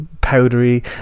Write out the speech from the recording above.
powdery